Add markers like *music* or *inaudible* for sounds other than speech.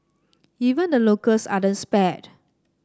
even the locals *unintelligible* spared